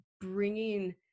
bringing